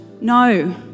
No